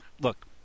look